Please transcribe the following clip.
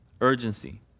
Urgency